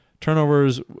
Turnovers